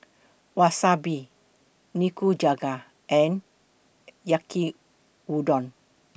Wasabi Nikujaga and Yaki Udon